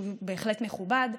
שהוא בהחלט מכובד,